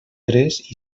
tres